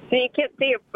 sveiki taip